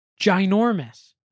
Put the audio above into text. ginormous